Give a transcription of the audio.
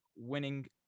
winning